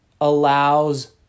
allows